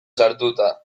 sartuta